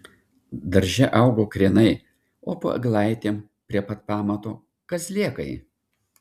darže augo krienai o po eglaitėm prie pat pamato kazlėkai